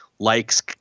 likes